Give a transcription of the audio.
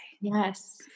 Yes